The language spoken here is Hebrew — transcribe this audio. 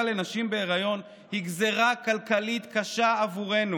לנשים בהיריון היא גזרה כלכלית קשה עבורנו.